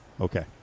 Okay